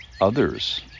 others